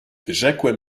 wyrzekłem